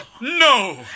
No